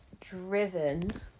driven